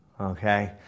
Okay